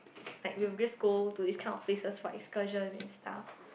like we'll just go to these kind of places for excursions and stuff